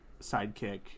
sidekick